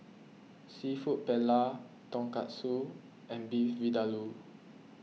Seafood Paella Tonkatsu and Beef Vindaloo